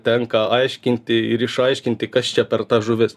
tenka aiškinti ir išaiškinti kas čia per ta žuvis